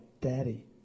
Daddy